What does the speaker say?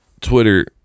Twitter